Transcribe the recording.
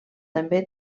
també